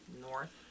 North